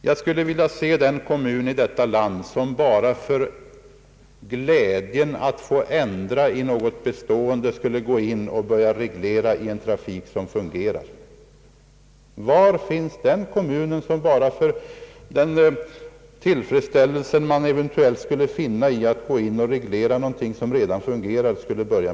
Jag skulle vilja se den kommun i detta land som bara för glädjen att få ändra i något bestående skulle sätta in regleringsåtgärder beträffande en trafik som fungerar tillfredsställande. Var finns den kommun som skulle göra det bara för den tillfredsställelse som kommunen eventuellt skulle känna över att få reglera någonting som redan fungerar bra?